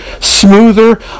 smoother